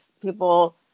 people